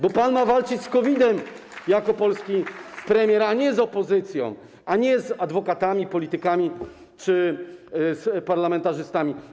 Bo pan ma walczyć z COVID-em jako polski premier, a nie z opozycją, a nie z adwokatami, politykami czy z parlamentarzystami.